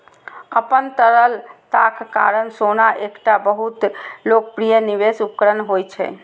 अपन तरलताक कारण सोना एकटा बहुत लोकप्रिय निवेश उपकरण होइ छै